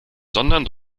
sondern